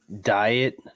diet